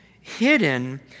hidden